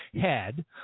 head